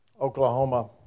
Oklahoma